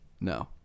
No